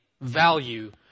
value